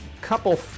couple